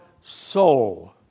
soul